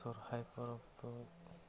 ᱥᱚᱨᱦᱟᱭ ᱯᱚᱨᱚᱵᱽᱠᱚ